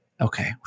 Okay